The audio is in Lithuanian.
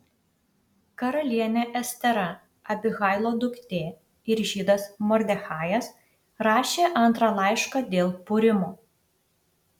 karalienė estera abihailo duktė ir žydas mordechajas rašė antrą laišką dėl purimo